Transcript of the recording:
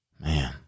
man